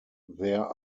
there